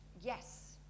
yes